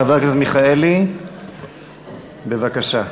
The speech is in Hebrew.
חבר הכנסת מיכאלי, בבקשה.